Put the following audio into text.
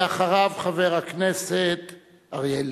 אחריו, חבר הכנסת אריה אלדד.